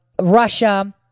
Russia